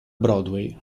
broadway